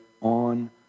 on